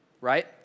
Right